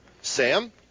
Sam